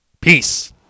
Peace